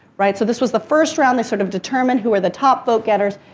right? so this was the first round. they sort of determined who were the top vote getters.